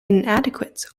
inadequate